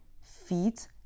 feet